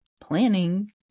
planning